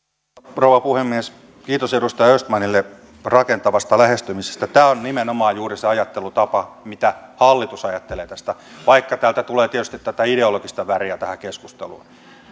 rouva puhemies kiitos edustaja östmanille rakentavasta lähestymisestä tämä on nimenomaan juuri se ajattelutapa mitä hallitus ajattelee tästä vaikka täältä tulee tietysti tätä ideologista väriä tähän keskusteluun